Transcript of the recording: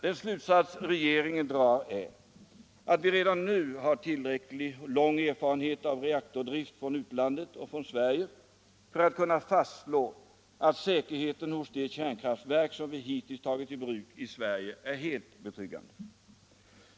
Den slutsats regeringen drar är att vi redan nu har en tillräckligt lång erfarenhet av reaktordrift från utlandet och från Sverige för att kunna fastslå att säkerheten hos de kärnkraftverk som vi hittills tagit i bruk i Sverige är helt betryggande.